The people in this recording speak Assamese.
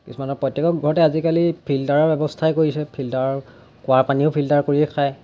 কিছুমানৰ প্ৰত্যেকৰ ঘৰতে আজিকালি ফিল্টাৰৰ ব্যৱস্থাই কৰিছে ফিল্টাৰৰ কুৱাৰ পানীও ফিল্টাৰ কৰিয়ে খায়